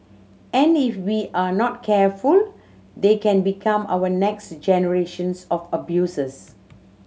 and if we are not careful they can become our next generations of abusers